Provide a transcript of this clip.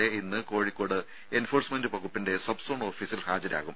A ഇന്ന് കോഴിക്കോട്ട് enforcement വകുപ്പിന്റെ സബ്സോൺ ഓഫീസിൽ ഹാജരാകും